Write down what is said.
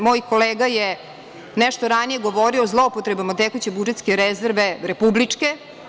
Moj kolega je nešto ranije govorio o zloupotrebama tekuće budžetske rezerve republičke.